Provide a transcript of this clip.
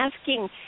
asking